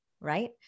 right